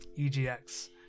EGX